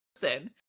person